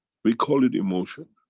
we call it emotion.